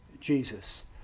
Jesus